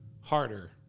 harder